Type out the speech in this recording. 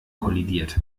kollidiert